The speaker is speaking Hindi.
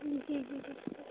जी जी जी